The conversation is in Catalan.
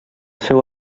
seu